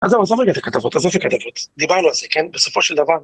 ‫אז זהו, עזוב רגע אתת הכתבות, ‫אז איפה הכתבות? ‫דיברנו על זה, כן? בסופו של דבר...